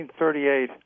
1938